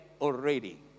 already